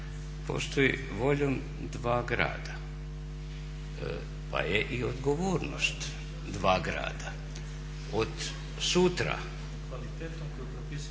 Postoji voljom dva grada pa je i odgovornost dva grada. Od sutra…